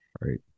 Right